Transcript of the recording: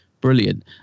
brilliant